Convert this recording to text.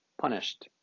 punished